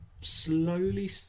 slowly